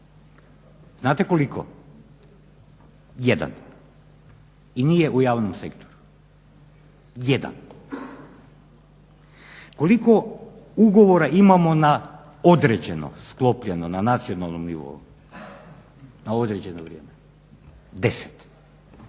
Znate koliko? Jedan i nije u javnom sektoru, jedan. Koliko ugovora imamo na određeno sklopljeno na nacionalnom nivou, na određeno vrijeme? Deset,